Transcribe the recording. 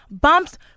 bumps